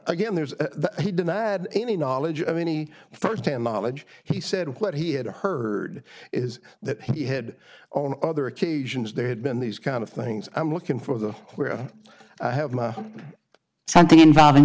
again there's he denied any knowledge of any first hand knowledge he said what he had heard is that he had on other occasions there had been these kind of things i'm looking for the where i have my something involving